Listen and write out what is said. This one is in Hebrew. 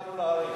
למה עלו להרים?